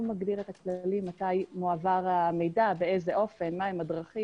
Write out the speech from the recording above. הוא מגדיר את הכללים, מתי מועבר המידע, כיצד.